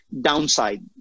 downside